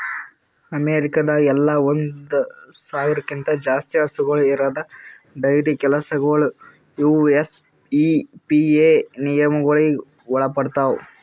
ಅಮೇರಿಕಾದಾಗ್ ಎಲ್ಲ ಒಂದ್ ಸಾವಿರ್ಕ್ಕಿಂತ ಜಾಸ್ತಿ ಹಸುಗೂಳ್ ಇರದ್ ಡೈರಿ ಕೆಲಸಗೊಳ್ ಯು.ಎಸ್.ಇ.ಪಿ.ಎ ನಿಯಮಗೊಳಿಗ್ ಒಳಪಡ್ತಾವ್